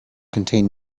contain